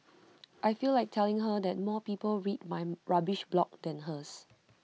I feel like telling her that more people read my rubbish blog than hers